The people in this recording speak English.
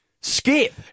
Skip